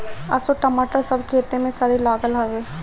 असो टमाटर सब खेते में सरे लागल हवे